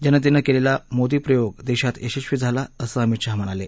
जनतेनं केलेला मोदीप्रयोग देशात यशस्वी झाला असं अमित शहा म्हणाले